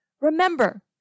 remember